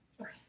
Okay